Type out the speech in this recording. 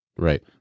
Right